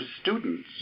students